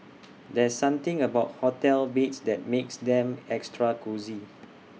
there's something about hotel beds that makes them extra cosy